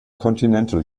continental